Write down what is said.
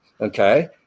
Okay